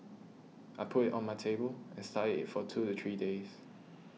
I put it on my table and studied it for two to three days